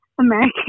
American